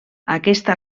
aquesta